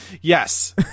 Yes